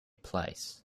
place